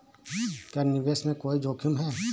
क्या निवेश में कोई जोखिम है?